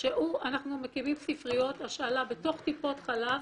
אנחנו מקימים ספריות השאלה בתוך טיפות חלב,